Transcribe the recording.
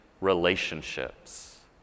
relationships